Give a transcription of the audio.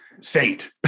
saint